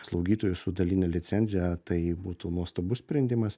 slaugytojų su daline licenciją tai būtų nuostabus sprendimas